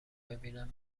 ببینم